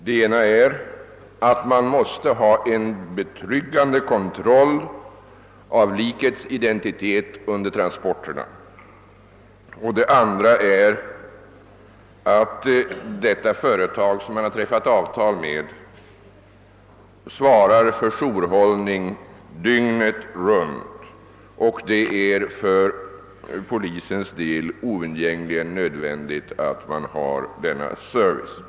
Den ena är att man måste ha en betryggande kontroll av likets identitet under transporterna och den andra är att det företag som man träffat avtal med svarar för jourhållningen dygnet runt, och denna service är oundgängligen nödvändig för polisen.